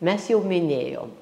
mes jau minėjom